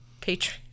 Patreon